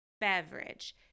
beverage